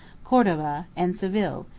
cordova, and seville,